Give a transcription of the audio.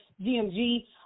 GMG